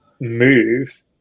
move